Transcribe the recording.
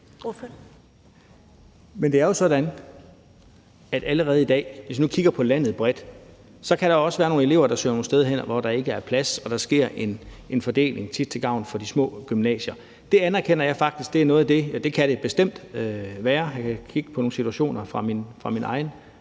Men det er jo sådan, at allerede i dag, hvis man nu kigger bredt på landet, kan der være nogle elever, der søger nogle steder hen, hvor der ikke er plads, og hvor der sker en fordeling, tit til gavn for de små gymnasier, og sådan anerkender jeg faktisk at det bestemt kan være. Jeg kan kigge på nogle situationer fra min egen